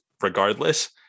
regardless